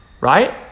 right